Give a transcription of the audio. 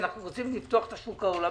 רוצים לפתוח את השוק העולמי,